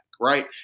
right